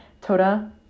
Toda